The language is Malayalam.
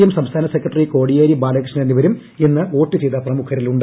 എം സംസ്ഥാന സെക്രട്ടറി കോടിയേരി ബാലകൃഷ്ണൻ എന്നിവരും ഇന്ന് വോട്ട് ചെയ്ത പ്രമുഖരിലുണ്ട്